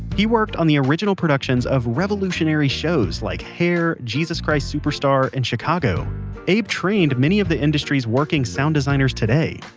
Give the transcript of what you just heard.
he worked on the original productions of revolutionary shows like hair, jesus christ superstar, and chicago abe trained many of the industry's working sound designers today,